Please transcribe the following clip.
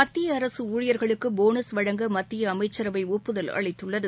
மத்திய அரசு ஊழியர்களுக்கு போனஸ் வழங்க மத்திய அமைச்சரவை ஒப்புதல் அளித்துள்ளது